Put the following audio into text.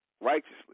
righteously